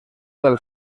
del